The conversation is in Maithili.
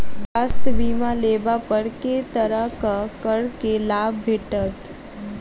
स्वास्थ्य बीमा लेबा पर केँ तरहक करके लाभ भेटत?